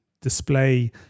display